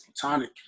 platonic